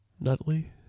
Nutley